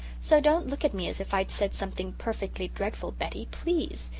so don't look at me as if i'd said something perfectly dreadful, betty, please.